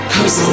Cause